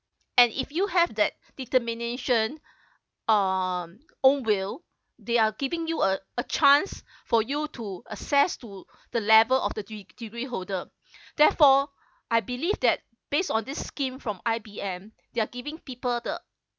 and if you have that determination um or will they are giving you a a chance for you to access to the level of the de~ degree holder therefore I believe that based on this scheme from I_B_M they're giving people the